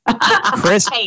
Chris